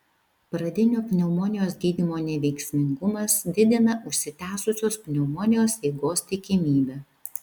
pradinio pneumonijos gydymo neveiksmingumas didina užsitęsusios pneumonijos eigos tikimybę